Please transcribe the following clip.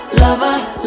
lover